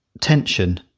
tension